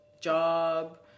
job